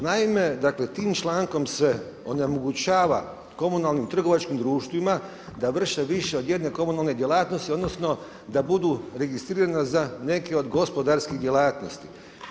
Naime, dakle, tim člankom se onemogućava komunalnim trgovačkim društvima da vrše više od jedne komunalne djelatnosti, odnosno, da budu registrirana za neke od gospodarskih djelatnosti.